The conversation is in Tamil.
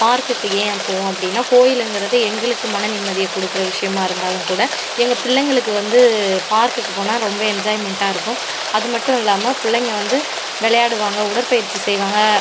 பார்க்குக்கு ஏன் போவோம் அப்படின்னா கோவிலுங்கிறது எங்களுக்கு மன நிம்மதியை கொடுக்கற விஷயமாக இருந்தாலும் கூட எங்கள் பிள்ளைங்களுக்கு வந்து பார்க்குக்கு போனால் ரொம்ப என்ஜாய்மென்ட்டாக இருக்கும் அது மட்டும் இல்லாமல் பிள்ளைங்க வந்து விளையாடுவாங்கள் உடற்பயிற்சி செய்வாங்கள்